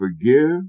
forgive